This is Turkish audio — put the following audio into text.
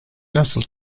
nasıl